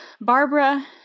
Barbara